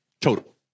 total